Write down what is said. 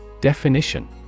Definition